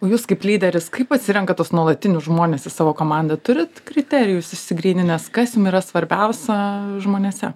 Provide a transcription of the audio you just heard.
o jūs kaip lyderis kaip atsirenkat tuos nuolatinius žmones į savo komandą turit kriterijus išsigryninęs kas jum yra svarbiausia žmonėse